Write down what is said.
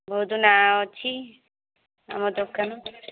ବହୁତ ନାଁ ଅଛି ଆମ ଦୋକାନ